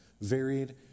varied